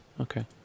Okay